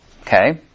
Okay